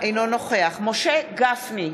אינו נוכח משה גפני,